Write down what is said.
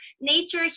nature